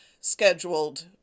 scheduled